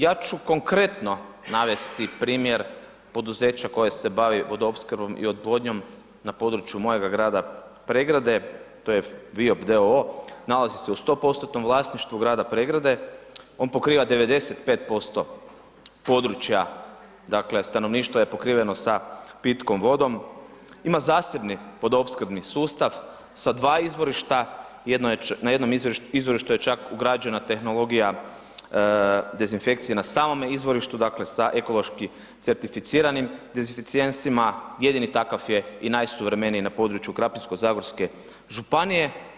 Ja ću konkretno navesti primjer poduzeća koje se bavi vodoopskrbom i odvodnjom na području mojeg grada Pregrada, to je VIOP d.o.o., nalazi se u 100% vlasništvu grada Pregrade, on pokriva 95% područja dakle stanovništvo je pokriveno sa pitkom vodom, ima zasebni vodoopskrbni sustav sa 2 izvorišta, na jednom izvorištu je čak ugrađena tehnologija dezinfekcije na samome izvorištu, dakle sa ekološki certificiranim dezinficijensima, jedini takav je i najsuvremeniji na području Krapinsko-zagorske županije.